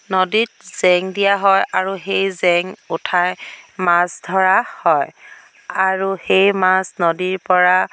নদীত জেং দিয়া হয় আৰু সেই জেং উঠাই মাছ ধৰা হয় আৰু সেই মাছ নদীৰপৰা